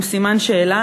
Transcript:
עם סימן שאלה,